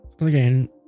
Again